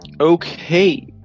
Okay